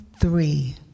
three